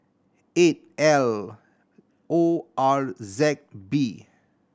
eight L O R Z B